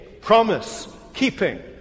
promise-keeping